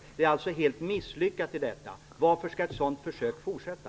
Det ligger alltså ett misslyckande i detta. Varför skall ett sådant försök få fortsätta?